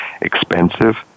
expensive